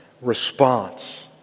response